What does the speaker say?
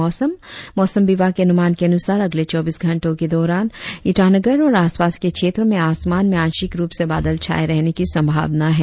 और अब मौसम मौसम विभाग के अनुमान के अनुसार अगले चौबीस घंटो के दौरान ईटानगर और आसपास के क्षेत्रो में आसमान में आंशिक रुप से बादल छाये रहने की संभावना है